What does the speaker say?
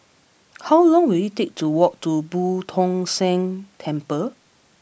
how long will it take to walk to Boo Tong San Temple